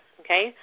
okay